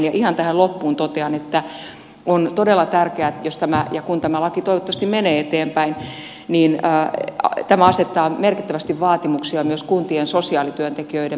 ja ihan tähän loppuun totean että on todella tärkeää jos ja kun tämä laki toivottavasti menee eteenpäin että tämä asettaa merkittävästi vaatimuksia myös kuntien sosiaalityöntekijöiden määrälle